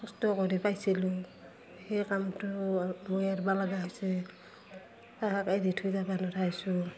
কষ্ট কৰি পাইছিলোঁ সেই কামটো মোৰ এৰিব লগা হৈছে তাহাঁতকে দি থৈ যাব নোথাইছোঁ